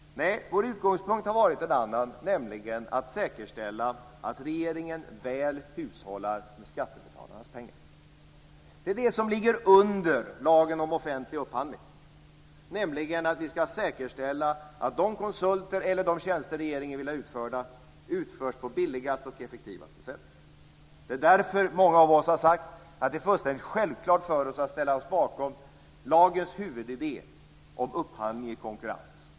Nej, vår utgångspunkt har varit en annan, nämligen att säkerställa att regeringen väl hushållar med skattebetalarnas pengar. Det är det som ligger under lagen om offentlig upphandling, att vi ska säkerställa att de konsulter regeringen vill ha och de tjänster regeringen vill ha utförda utförs på billigaste och effektivaste sätt. Det är därför många av oss har sagt att det är fullständigt självklart för oss att ställa oss bakom lagens huvudidé om upphandling i konkurrens.